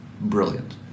brilliant